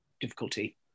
difficulty